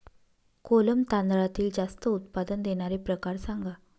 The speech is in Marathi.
कोलम तांदळातील जास्त उत्पादन देणारे प्रकार सांगा